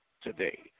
Today